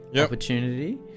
opportunity